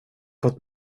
fått